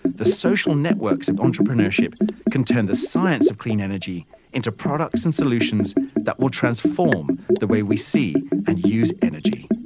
the social networks of entrepreneurship can turn the science of clean energy into products and solutions that will transform the way we see and use energy.